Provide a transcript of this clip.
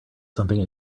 something